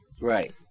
Right